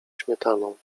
śmietaną